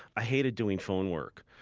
i hated doing phone work.